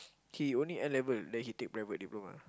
he only N-level then he take private diploma